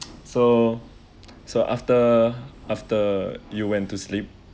so so after after you went to sleep